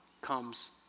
comes